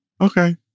Okay